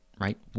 right